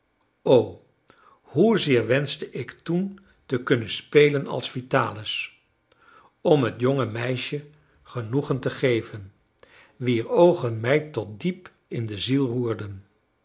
o hoezeer wenschte ik toen te kunnen spelen als vitalis om het jonge meisje genoegen te geven wier oogen mij tot diep in de ziel roerden